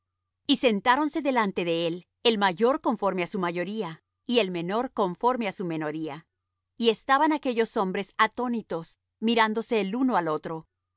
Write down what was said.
y sentáronse delante de él el mayor conforme á su mayoría y el menor conforme á su menoría y estaban aquellos hombres atónitos mirándose el uno al otro